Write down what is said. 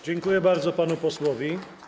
Dziękuję bardzo panu posłowi.